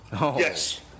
Yes